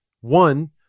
One